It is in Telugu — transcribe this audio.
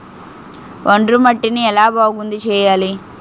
ఒండ్రు మట్టిని ఎలా బాగుంది చేయాలి?